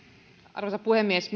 arvoisa puhemies